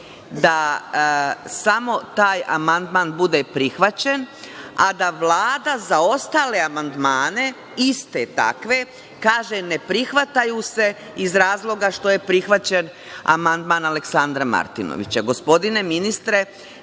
da samo taj amandman bude prihvaćen, a da Vlada za ostale amandmane, iste takve, kaže – ne prihvataju se iz razloga što je prihvaćen amandman Aleksandra Martinović.